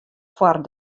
foar